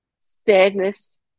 sadness